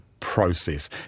Process